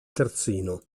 terzino